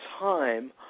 time